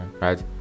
right